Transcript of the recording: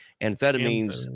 amphetamines